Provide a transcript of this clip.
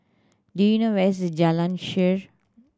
do you know where is Jalan Shaer